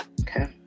Okay